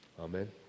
Amen